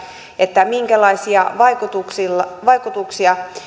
minkälaisia vaikutuksia vaikutuksia